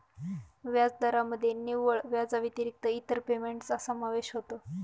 व्याजदरामध्ये निव्वळ व्याजाव्यतिरिक्त इतर पेमेंटचा समावेश होतो